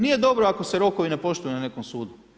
Nije dobro ako se rokovi ne poštuju na nekom sudu.